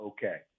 Okay